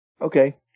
okay